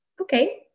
Okay